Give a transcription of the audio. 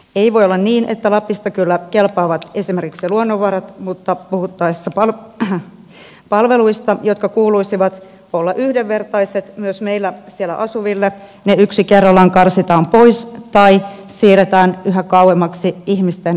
ei voi olla niin että lapista kyllä kelpaavat esimerkiksi luonnonvarat mutta puhuttaessa palveluista joiden kuuluisi olla yhdenvertaiset myös meillä siellä asuville ne yksi kerrallaan karsitaan pois tai siirretään yhä kauemmaksi ihmisten ulottuvilta